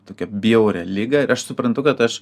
tokią bjaurią ligą ir aš suprantu kad aš